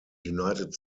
united